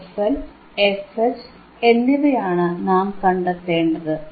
fL fH എന്നിവയാണ് നാം കണ്ടെത്തേണ്ടത്